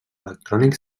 electrònic